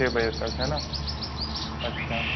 छः बजे तक है ना अच्छा